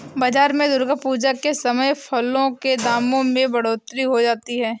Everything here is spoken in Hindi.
बाजार में दुर्गा पूजा के समय फलों के दामों में बढ़ोतरी हो जाती है